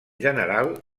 general